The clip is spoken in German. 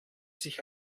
sich